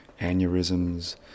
aneurysms